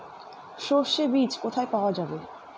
সর্ষে বিজ কোথায় পাওয়া যাবে?